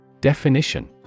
Definition